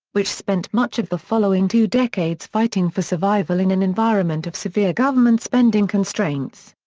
which spent much of the following two decades fighting for survival in an environment of severe government spending constraints.